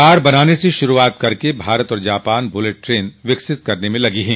car बनाने से शुरूआत कर भारत और जापान बुलेट ट्रेन विकसित करने में लगे हैं